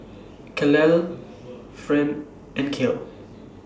Calla Friend and Kale